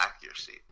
accuracy